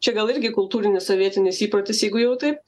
čia gal irgi kultūrinis sovietinis įprotis jeigu jau taip